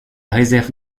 réserve